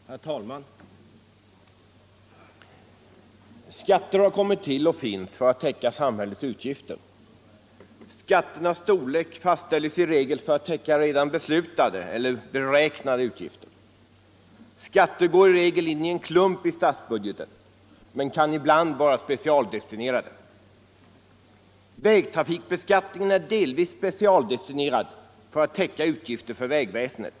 Herr talman! Skatter har kommit till för att täcka samhällets utgifter. Skatternas storlek fastställes i regel för att täcka redan beslutade eller beräknade utgifter. Skatter går i regel in i en klump i statsbudgeten, men kan ibland vara specialdestinerade. Vägtrafikbeskattningen är delvis specialdestinerad för att täcka utgifter för vägväsendet.